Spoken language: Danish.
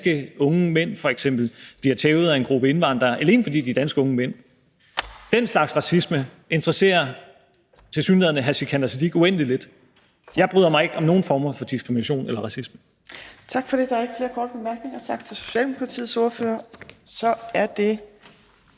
danske mænd f.eks. bliver tævet af en gruppe indvandrere, alene fordi de er unge danske mænd. Den slags racisme interesserer tilsyneladende hr. Sikandar Siddique uendelig lidt. Jeg bryder mig ikke om nogen former for diskrimination eller racisme. Kl. 11:34 Fjerde næstformand (Trine Torp): Tak for det. Der er ikke flere korte bemærkninger. Tak til Socialdemokratiets ordfører. Den næste